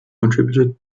contributed